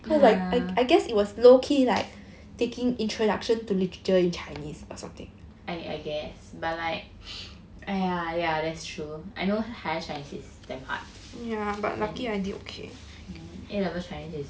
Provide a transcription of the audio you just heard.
yeah I guess but like !aiya! that's true I know higher chinese is damn hard and A level chinese is